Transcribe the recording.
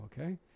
okay